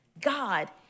God